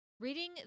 Reading